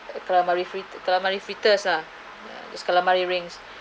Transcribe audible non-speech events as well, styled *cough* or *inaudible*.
*noise* calamari fri~ calamari fritters lah it's calamari rings